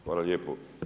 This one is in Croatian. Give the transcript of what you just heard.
Hvala lijepo.